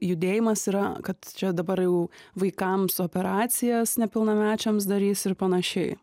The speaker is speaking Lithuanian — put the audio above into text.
judėjimas yra kad čia dabar jau vaikams operacijas nepilnamečiams darys ir panašiai